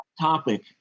topic